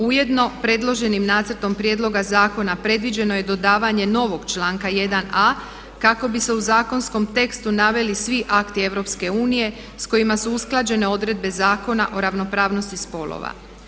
Ujedno predloženim Nacrtom prijedloga zakona predviđeno je dodavanje novog članka 1a. kako bi se u zakonskom tekstu naveli svi akti EU s kojima su usklađene odredbe Zakona o ravnopravnosti spolova.